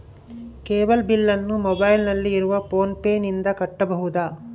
Cable ಬಿಲ್ಲನ್ನು ಮೊಬೈಲಿನಲ್ಲಿ ಇರುವ ಫೋನ್ ಪೇನಿಂದ ಕಟ್ಟಬಹುದಾ?